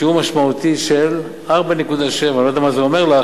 בשיעור משמעותי של 4.7%. אני לא יודע מה זה אומר לך,